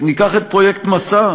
ניקח את פרויקט "מסע",